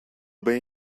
bay